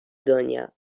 دنیا